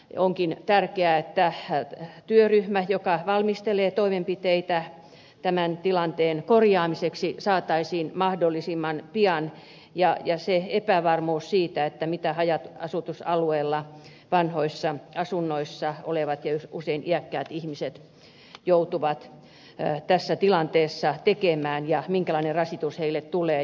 onkin tärkeää että työryhmä joka valmistelee toimenpiteitä tämän tilanteen korjaamiseksi saataisiin mahdollisimman pian ja poistuu epävarmuus siitä mitä haja asutusalueilla vanhoissa asunnoissa olevat ja usein iäkkäät ihmiset joutuvat tässä tilanteessa tekemään ja minkälainen rasitus heille tulee